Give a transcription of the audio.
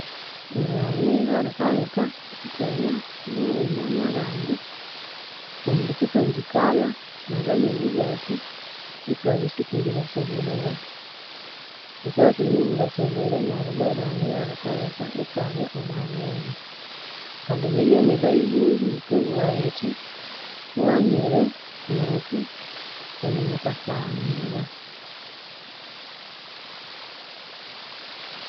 Erighanyira likaleka ithwabya bughuma n'abandi, kundi sithwangikalha n'abanywani bethu ithwabya isithulibasoberaya, thukabya ithunemubasoberya neryo ibbwa erighanyira likaleka ithwabya omwabughuma, kandi nibya n'ebayibuli yikabugha yithi thughanyire nethu inimuthwashaghanyirwa.